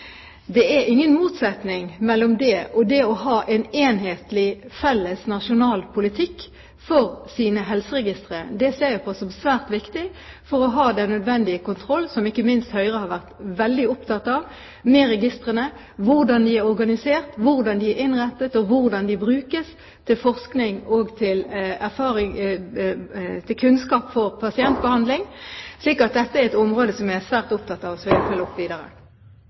Det er ingen motsetning mellom det, og det å ha en enhetlig felles nasjonal politikk for helseregistre. Det ser jeg på som svært viktig for å ha den nødvendige kontroll med registrene, som ikke minst Høyre har vært veldig opptatt av – hvordan de er organisert, hvordan de er innrettet, og hvordan de brukes til forskning og til kunnskap for pasientbehandling. Dette er et område jeg er svært opptatt av, og som jeg vil følge opp videre.